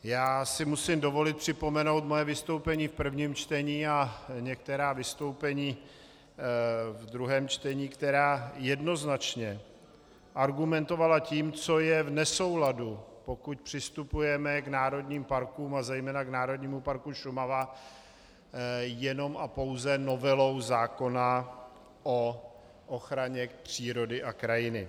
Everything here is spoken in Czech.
Já si musím dovolit připomenout svoje vystoupení v prvním čtení a některá vystoupení v druhém čtení, která jednoznačně argumentovala tím, co je v nesouladu, pokud přistupujeme k národním parkům a zejména k Národnímu parku Šumava jenom a pouze novelou zákona o ochraně přírody a krajiny.